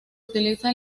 utiliza